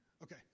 Okay